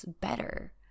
better